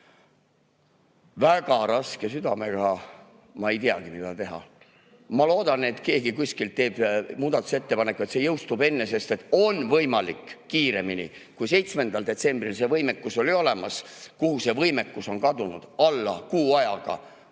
Väga raske südamega – ma ei teagi, mida teha. Ma loodan, et keegi kuskil teeb muudatusettepaneku, et see jõustub enne, sest on võimalik kiiremini. Kui 7. detsembril see võimekus oli olemas, kuhu see võimekus siis on kadunud alla kuu ajaga?